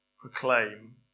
proclaim